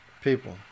people